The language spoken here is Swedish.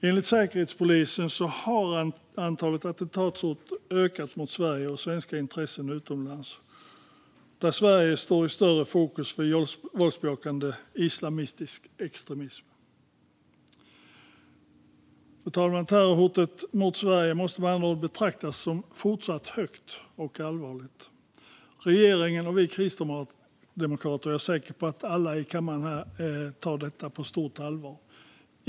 Enligt Säkerhetspolisen har antalet attentatshot ökat mot Sverige och svenska intressen utomlands, där Sverige hamnat i större fokus för våldsbejakande islamistisk extremism. Terrorhotet mot Sverige, fru talman, måste med andra ord betraktas som fortsatt högt och allvarligt. Regeringen, Kristdemokraterna och - det är jag säker på - vi alla här i kammaren tar detta på stort allvar.